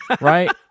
right